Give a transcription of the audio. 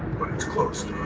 but it's closed